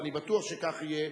ואני בטוח שכך יהיה,